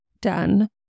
done